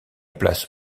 place